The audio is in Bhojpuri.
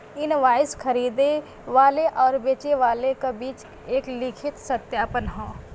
इनवाइस खरीदे वाले आउर बेचे वाले क बीच एक लिखित सत्यापन हौ